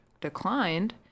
declined